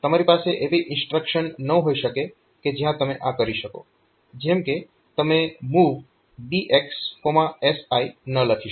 તમારી પાસે એવી ઇન્સ્ટ્રક્શન ન હોઈ શકે કે જ્યાં તમે આ કરી શકો જેમ કે તમે MOV BX SI ન લખી શકો